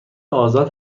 آزاد